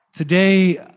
Today